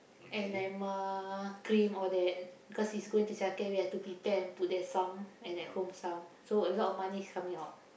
and Naimah cream all that because he's going to child care we have to prepare and put there some and at home some so a lot of money is coming out